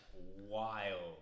wild